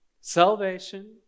Salvation